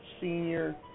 senior